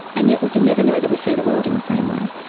and yet we can never know that we see the world in the same way.